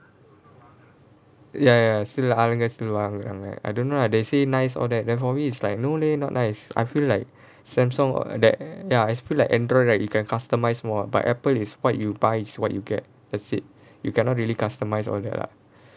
ya ya still ஆளுங்க போய் வாங்குறாங்க:aalunga poi vaanguraanga I'm like I don't know lah they say nice all that then for me is like no leh not nice I feel like Samsung or that ya it's feel like android right you can customise more by Apple is what you buy is what you get that's it you cannot really customise all that lah